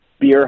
beer